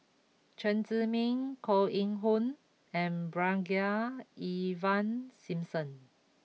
Chen Zhiming Koh Eng Hoon and Brigadier Ivan Simson